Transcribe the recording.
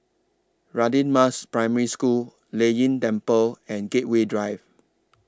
Radin Mas Primary School Lei Yin Temple and Gateway Drive